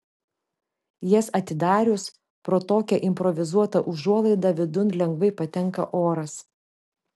jas atidarius pro tokią improvizuotą užuolaidą vidun lengvai patenka oras